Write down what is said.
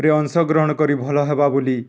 ରେ ଅଂଶଗ୍ରହଣ କରି ଭଲ ହେବା ବୋଲି